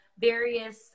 various